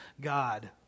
God